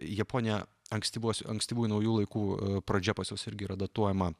japonija ankstyvos ankstyvųjų naujų laikų pradžia pas juos irgi yra datuojama